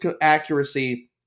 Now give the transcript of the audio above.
accuracy